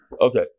Okay